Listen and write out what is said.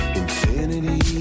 infinity